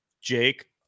Jake